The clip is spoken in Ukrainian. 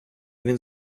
він